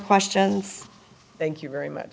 questions thank you very much